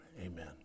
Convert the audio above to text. amen